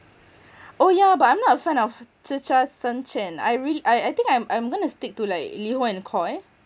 oh yeah but I'm not a fan of chicha san chen I really I I think I'm I'm gonna stick to like liho and koi